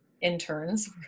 interns